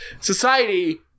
society